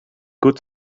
good